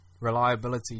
reliability